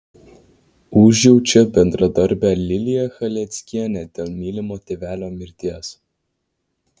užjaučia bendradarbę liliją chaleckienę dėl mylimo tėvelio mirties